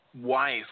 wife